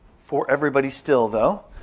for everybody still though,